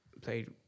played